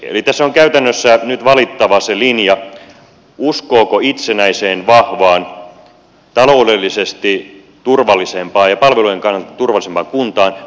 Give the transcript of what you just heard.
eli tässä on käytännössä nyt valittava se linja uskooko itsenäiseen vahvaan taloudellisesti ja palvelujen kannalta turvallisempaan kuntaan vai monitoimikuntayhtymään